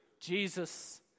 Jesus